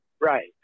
right